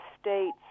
states